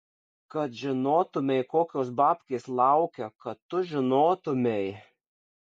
kad žinotumei kokios babkės laukia kad tu žinotumei